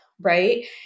Right